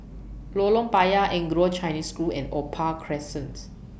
Lorong Payah Anglo Chinese School and Opal Crescents